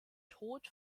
tod